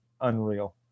unreal